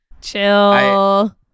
Chill